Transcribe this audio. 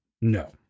No